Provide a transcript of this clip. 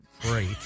great